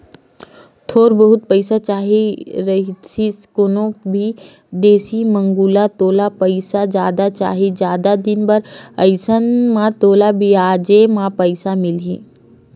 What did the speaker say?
थोर बहुत पइसा चाही रहितिस कोनो भी देतिस मंगलू तोला पइसा जादा चाही, जादा दिन बर अइसन म तोला बियाजे म पइसा मिलही